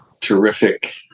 terrific